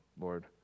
Lord